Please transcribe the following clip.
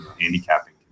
handicapping